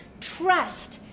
trust